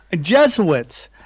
Jesuits